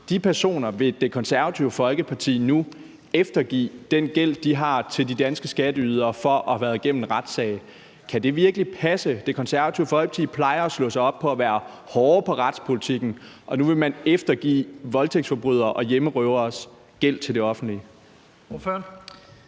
igennem. Det Konservative Folkeparti vil nu eftergive den gæld, som de personer har til de danske skatteydere for at have været igennem en retssag. Kan det virkelig passe? Det Konservative Folkeparti plejer at slå sig op på at være hårde på retspolitikken, og nu vil man eftergive voldtægtsforbryderes og hjemmerøveres gæld til det offentlige.